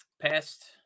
past